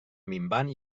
minvant